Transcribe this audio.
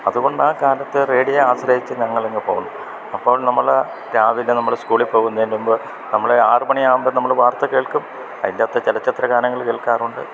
അതുകൊണ്ടാണ് കാലത്ത് റേഡിയോയെ ആശ്രയിച്ച് ഞങ്ങളിങ്ങ് പോന്നു അപ്പോൾ നമ്മള് രാവിലെ നമ്മള് സ്കൂളിൽ പോകുന്നതിന് മുൻപ് ചെല്ലുമ്പോൾ നമ്മള് ആറ് മണിയാകുമ്പോൾ നമ്മള് വാർത്ത കേൾക്കും അതിൻ്റെ അകത്തെ ചലച്ചിത്ര ഗാനങ്ങള് കേൾക്കാറുണ്ട്